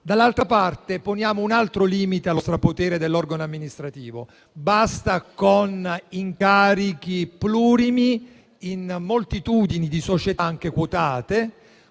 Dall'altra parte, poniamo un altro limite allo strapotere dell'organo amministrativo, ponendo fine agli incarichi plurimi in moltitudini di società, anche quotate,